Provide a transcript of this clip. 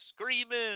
screaming